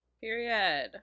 Period